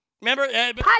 Remember